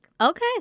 Okay